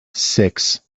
six